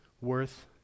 worth